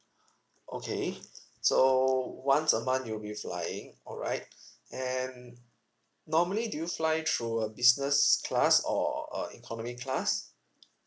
okay so once a month you'll be flying alright and normally do you fly through uh business class or uh economy class